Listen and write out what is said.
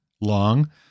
long